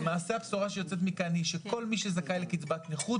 מי שזכאי לקצבת נכות,